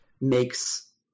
makes